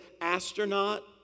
astronaut